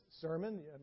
sermon